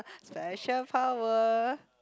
special power